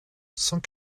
cent